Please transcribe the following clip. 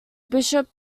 bishop